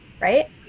right